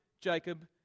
Jacob